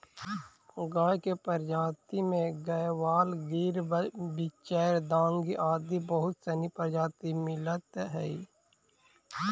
गाय के प्रजाति में गयवाल, गिर, बिच्चौर, डांगी आदि बहुत सनी प्रजाति मिलऽ हइ